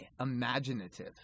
imaginative